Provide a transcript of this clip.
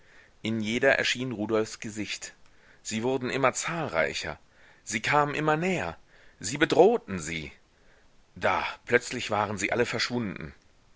in jeder erschien rudolfs gesicht sie wurden immer zahlreicher sie kamen immer näher sie bedrohten sie da plötzlich waren sie alle verschwunden